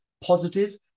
Positive